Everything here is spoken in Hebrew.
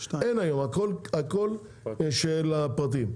אין היום הכל של הפרטים.